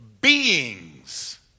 beings